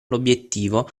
l’obbiettivo